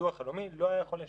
הביטוח הלאומי לא היה יכול לשלם,